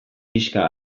pixka